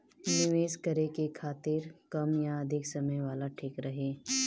निवेश करें के खातिर कम या अधिक समय वाला ठीक रही?